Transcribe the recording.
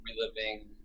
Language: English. reliving